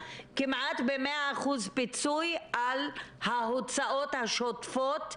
כמעט במאה אחוז פיצוי על ההוצאות השוטפות.